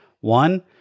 One